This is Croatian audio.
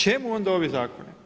Čemu onda ovi zakoni?